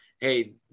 Hey